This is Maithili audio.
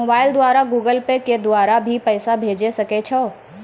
मोबाइल द्वारा गूगल पे के द्वारा भी पैसा भेजै सकै छौ?